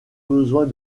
besoin